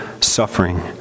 suffering